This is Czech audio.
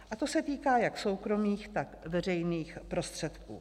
A to se týká jak soukromých, tak veřejných prostředků.